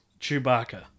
Chewbacca